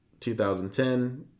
2010